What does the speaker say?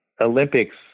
Olympics